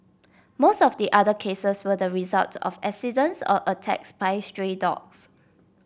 most of the other cases were the result of accidents or attacks by stray dogs